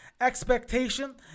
Expectation